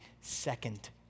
second